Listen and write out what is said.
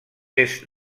est